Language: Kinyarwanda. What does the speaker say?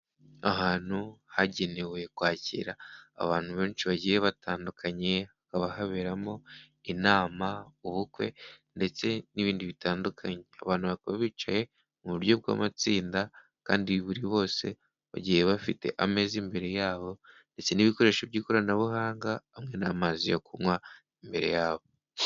Ahantu hagenewe kwakira abantu benshi bagiye batandukanye hakaba haberamo inama, ubukwe ndetse n'ibindi bitandukanye. Abantu bakaba bicaye mu buryo bw'amatsinda kandi buri bose bagiye bafite ameza imbere yabo ndetse n'ibikoresho by'ikoranabuhanga, hamwe n'amazi yo kunywa imbere yabo.